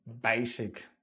basic